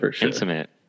Intimate